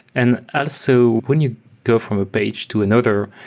and also, when you go from a page to another,